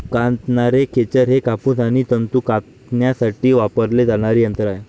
कातणारे खेचर हे कापूस आणि तंतू कातण्यासाठी वापरले जाणारे यंत्र आहे